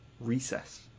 Recess